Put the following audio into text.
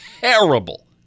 Terrible